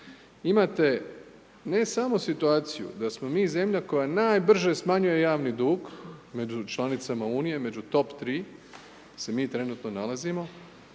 Imate ne samo situaciju da smo mi zemlja koja najbrže smanjuje javni dug među članicama Unije, među top tri se mi trenutno nalazimo,